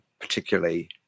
particularly